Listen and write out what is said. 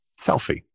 selfie